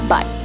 Bye